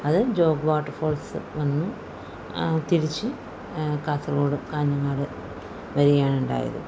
അത് ജോഗ് വാട്ടർഫോൾസ് വന്നു തിരിച്ച് കാസർഗോഡ് കാഞ്ഞങ്ങാട് വരികയാണുണ്ടായത്